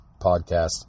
Podcast